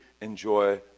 enjoy